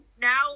now